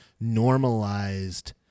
normalized